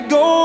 go